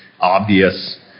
obvious